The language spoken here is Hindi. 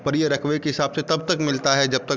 पर यह रकबे के हिसाब से तब तक मिलता है जब तक